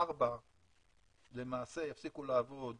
4 למעשה יפסיקו לעבוד